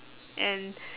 and